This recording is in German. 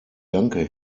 danke